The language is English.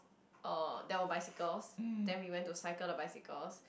orh there were bicycles then we went to cycle the bicycles